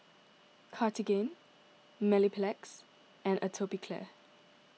Cartigain Mepilex and Atopiclair